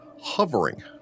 hovering